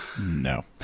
no